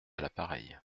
l’appareil